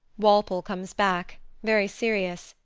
walpole comes back, very serious,